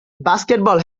basketball